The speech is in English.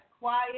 quiet